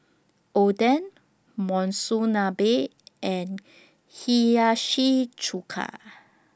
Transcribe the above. Oden Monsunabe and Hiyashi Chuka